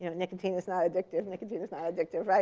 you know nicotine is not addictive, nicotine is not addictive.